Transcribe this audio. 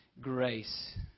grace